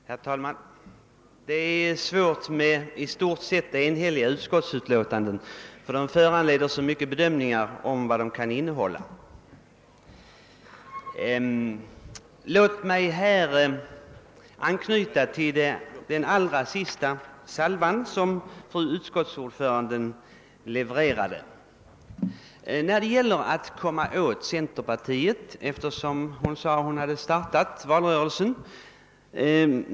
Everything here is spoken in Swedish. Herr talman! Det är besvärligt med i stort sett enhälliga utlåtanden; de föranleder så många olika försök till bedömningar av vad de kan innehålla. Låt mig anknyta till den allra sista salva som fru utskottsordföranden l1evererade, eftersom hon sade att hon hade startat valrörelsen.